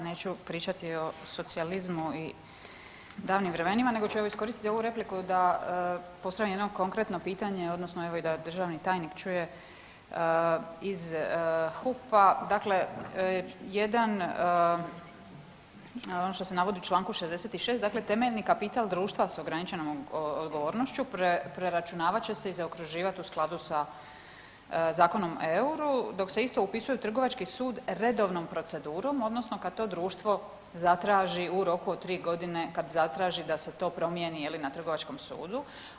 Evo ja neću pričati o socijalizmu i davnim vremenima nego ću evo iskoristiti ovu repliku da postavim jedno konkretno pitanje odnosno evo i da državni tajnik čuje iz HUP-a, dakle jedan, ono što se navodi u čl. 66., dakle temeljni kapital društva s ograničenom odgovornošću preračunavat će se i zaokruživati u skladu sa Zakonom o euru, dok se isto upisuje u trgovački sud redovnom procedurom odnosno kad to društvo zatraži u roku od 3.g., kad zatraži da se to promijeni je li na trgovačkom sudu.